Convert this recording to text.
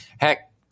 heck